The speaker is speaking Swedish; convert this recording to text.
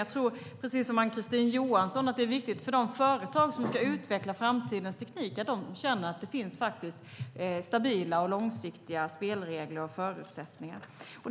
Jag tror, precis som Ann-Kristine Johansson, att det är viktigt för de företag som ska utveckla framtidens teknik att de känner att det finns stabila och långsiktiga spelregler och förutsättningar.